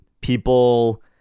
People